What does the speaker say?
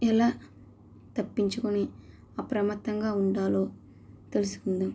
ఎలా తప్పించుకుని అప్రమత్తంగా ఉండాలో తెలుసుకుందాం